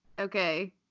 okay